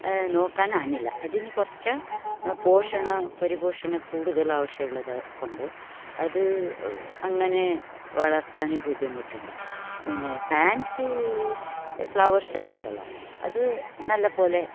നോക്കാൻ ആകുന്നില്ല അതിന് കുറച്ച് പോഷണം പരിപോഷണ കൂടുതൽ ആവശ്യമുള്ളത് കൊണ്ട് അത് അങ്ങനെ വളർത്താൻ ബുദ്ധിമുട്ടുണ്ട് പിന്നെ ഫാൻസി ഫ്ലവേഴ്സെല്ലാം ഉണ്ടല്ലോ അത് നല്ല പോലെ